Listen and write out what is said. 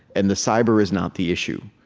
and the cyber is not the issue.